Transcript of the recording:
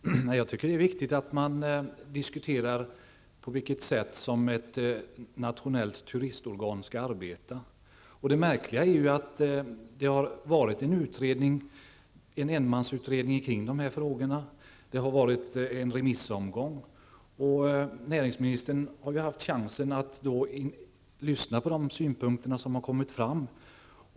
Fru talman! Jag tycker att det är viktigt att man diskuterar på vilket sätt ett nationellt turistorgan skall arbeta. Det märkliga är ju att det har varit en enmansutredning beträffande de här frågorna. Vidare har det varit en remissomgång. Näringsministern har ju haft chansen att ta del av de synpunkter som har kommit fram.